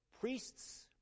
priests